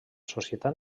societat